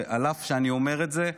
ועל אף שאני אומר את זה,